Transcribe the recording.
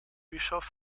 bischof